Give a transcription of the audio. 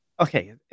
Okay